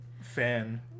fan